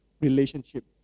relationship